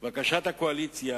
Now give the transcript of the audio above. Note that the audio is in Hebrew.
בקשת הקואליציה